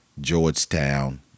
Georgetown